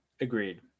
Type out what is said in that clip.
Agreed